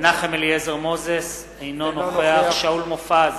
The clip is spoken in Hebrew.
מנחם אליעזר מוזס, אינו נוכח שאול מופז,